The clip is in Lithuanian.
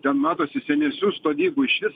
ten matosi senesnių sodybų išvis